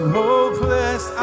hopeless